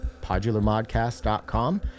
PodularModcast.com